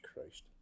Christ